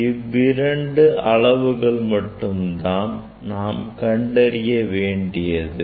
இவ்விரண்டு அளவுகள் மட்டும்தான் நாம் கண்டறிய வேண்டியது ஆகும்